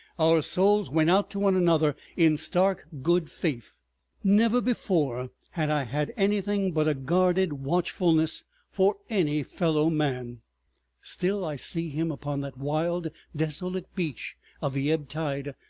our souls went out to one another in stark good faith never before had i had anything but a guarded watchfulness for any fellow-man. still i see him, upon that wild desolate beach of the ebb tide,